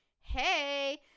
hey